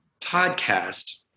podcast